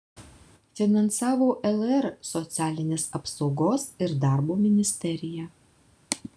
finansavo lr socialinės apsaugos ir darbo ministerija